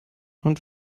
und